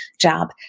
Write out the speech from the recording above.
job